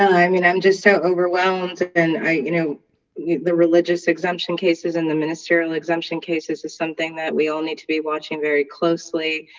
i mean i'm just so overwhelmed and i you know the religious exemption cases in the ministerial exemption cases is something that we all need to be watching very closely